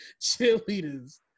cheerleaders